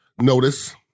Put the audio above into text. notice